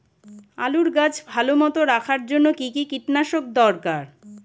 আলুর গাছ ভালো মতো রাখার জন্য কী কী কীটনাশক দরকার?